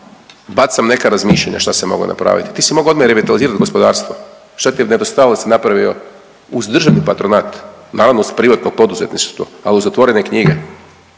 bacam neka razmišljanja šta se moglo napraviti. Ti si mogao i revitalizirati gospodarstvo, šta ti je … napravio uz državni patronat, naravno uz privatno poduzetništvo, al u zatvorene knjige,